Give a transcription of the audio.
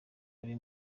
ari